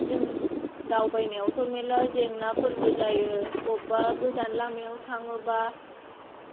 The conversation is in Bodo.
जों दावबायनायावथ' मेरला जेंनाफोरबो जायो अबबा गोजान लामायाव थाङोबा